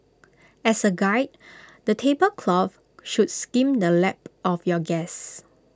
as A guide the table cloth should skim the lap of your guests